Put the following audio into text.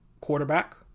quarterback